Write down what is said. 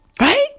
Right